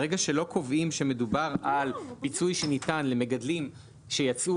ברגע שלא קובעים שמדובר על פיצוי שניתן למגדלים שיצאו